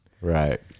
Right